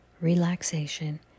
relaxation